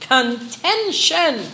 Contention